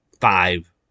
five